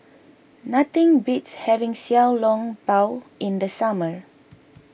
nothing beats having Xiao Long Bao in the summer